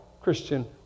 Christian